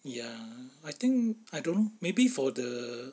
ya I think I don't maybe for the